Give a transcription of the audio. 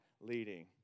leading